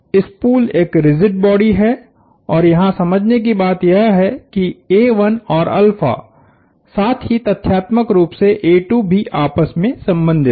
spool एक rigid body है और यहाँ समझने की बात यह है किऔर साथ ही तथ्यात्मक रूप से भी आपस में संबंधित हैं